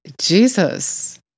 Jesus